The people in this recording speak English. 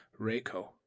Reiko